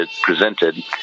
presented